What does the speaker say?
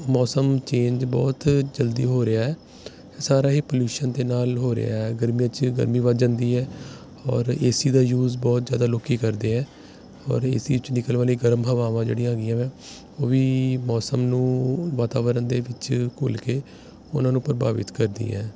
ਮੌਸਮ ਚੇਂਜ ਬਹੁਤ ਜਲਦੀ ਹੋ ਰਿਹਾ ਹੈ ਅਤੇ ਸਾਰਾ ਹੀ ਪੋਲਿਊਸ਼ਨ ਦੇ ਨਾਲ ਹੋ ਰਿਹਾ ਗਰਮੀਆਂ 'ਚ ਗਰਮੀ ਵੱਧ ਜਾਂਦੀ ਹੈ ਔਰ ਏ ਸੀ ਦਾ ਯੂਜ ਬਹੁਤ ਜ਼ਿਆਦਾ ਲੋਕ ਕਰਦੇ ਹੈ ਔਰ ਏ ਸੀ 'ਚ ਨਿਕਲ ਵਾਲੀ ਗਰਮ ਹਵਾਵਾਂ ਜਿਹੜੀਆਂ ਹੈਗੀਆਂ ਵਾ ਉਹ ਵੀ ਮੌਸਮ ਨੂੰ ਵਾਤਾਵਰਨ ਦੇ ਵਿੱਚ ਘੁਲ ਕੇ ਉਹਨਾਂ ਨੂੰ ਪ੍ਰਭਾਵਿਤ ਕਰਦੀ ਹੈ